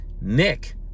Nick